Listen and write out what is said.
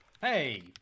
Hey